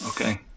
Okay